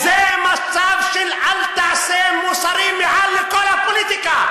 זה מצב של אל-תעשה מוסרי מעל לכל הפוליטיקה.